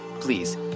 please